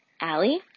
Allie